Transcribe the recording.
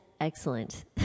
excellent